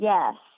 Yes